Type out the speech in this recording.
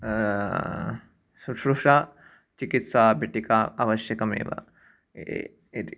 शुश्रुषा चिकित्सा पेटिका आवश्यकमेव इति